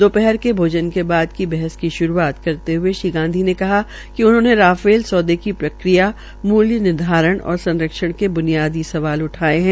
दो हर के भोजन के बाद बहस की की शुरूआत करते हये श्रीगांधी ने कहा कि उन्होंने राफेल सौदे की प्रक्रिया मूल्य निर्धारण और संरक्षण के ब्नियादी सवाल उठाये है